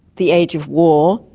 the age of war,